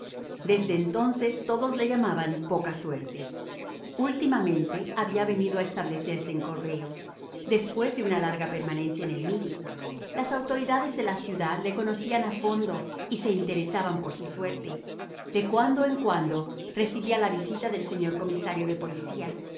desde entonces todos le llamaban poca suerte ultimamente había venido a establecerse en corbeil después de una larga permanencia en el midi las autoridades de la ciudad le conocían a fondo y se interesaban por su suerte de cuando en cuando recibía la visita del señor comisario de policía